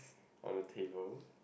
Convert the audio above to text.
on a table